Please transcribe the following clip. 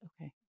okay